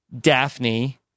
Daphne